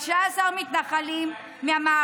15 מתנחלים, רע"מ מודעים לזה?